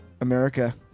America